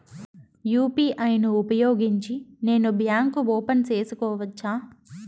UPI ను ఉపయోగించి నేను బ్యాంకు ఓపెన్ సేసుకోవచ్చా?